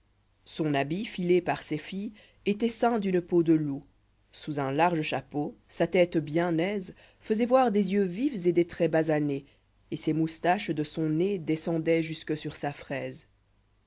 son habit filé par ses filles étoit ceint d'une peau de loup sous un large chapeau sa tête bien à l'âisè faisoit voir des yeux vifs et dés traits basanés et ses moustaches de son nez descendoient jusque sur sa fraisé